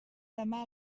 demà